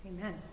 Amen